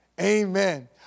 Amen